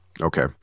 Okay